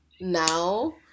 now